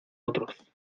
otros